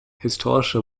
historische